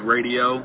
Radio